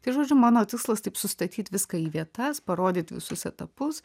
tai žodžiu mano tikslas taip sustatyt viską į vietas parodyt visus etapus